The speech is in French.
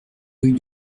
rue